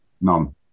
none